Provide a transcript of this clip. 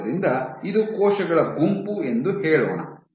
ಆದ್ದರಿಂದ ಇದು ಕೋಶಗಳ ಗುಂಪು ಎಂದು ಹೇಳೋಣ